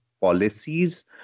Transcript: policies